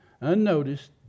unnoticed